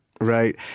right